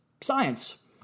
science